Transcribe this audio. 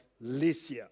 Lycia